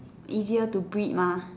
easier to breed mah